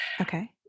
Okay